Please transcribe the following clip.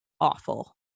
awful